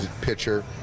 pitcher